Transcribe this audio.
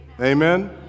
Amen